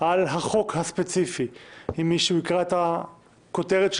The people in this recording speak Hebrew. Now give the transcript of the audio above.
על החוק הספציפי אם מישהו יקרא את הכותרת של